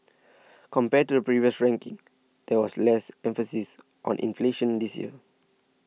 compared to the previous rankings there was less emphasis on inflation this year